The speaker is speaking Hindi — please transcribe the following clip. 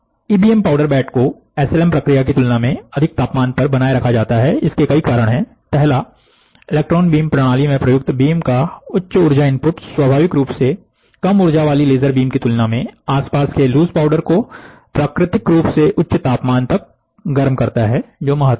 इबीएम पाउडर बेड को एसएलएम प्रक्रिया की तुलना में अधिक तापमान पर बनाए रखा जाता है इसके कई कारण हैं पहला इलेक्ट्रॉन बीम प्रणाली में प्रयुक्त बीम का उच्च ऊर्जा इनपुट स्वाभाविक रूप से कम ऊर्जा वाली लेजर बीम की तुलना में आसपास के लूस पाउडर को प्राकृतिक रूप से उच्च तापमान तक गर्म करता है जो महत्वपूर्ण है